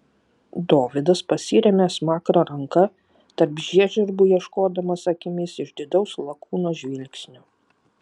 dovydas pasiremia smakrą ranka tarp žiežirbų ieškodamas akimis išdidaus lakūno žvilgsnio